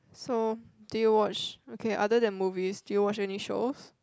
so do you watch okay other than movies do you watch any shows